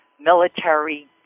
military